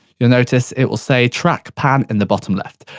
you'll notice it will say track pan in the bottom left.